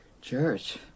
Church